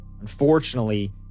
Unfortunately